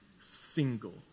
single